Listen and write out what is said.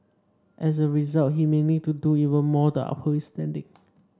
as a result he may need to do even more the uphold his standing